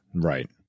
Right